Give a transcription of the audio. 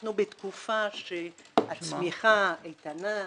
אנחנו בתקופה שהצמיחה איתנה,